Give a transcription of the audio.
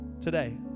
today